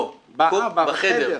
לא, בחדר.